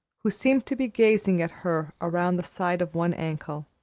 who seemed to be gazing at her around the side of one ankle,